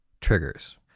triggers